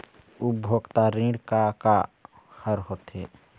उपभोक्ता ऋण का का हर होथे?